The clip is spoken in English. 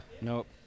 Nope